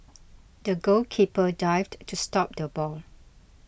the goalkeeper dived to stop the ball